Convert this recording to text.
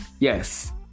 Yes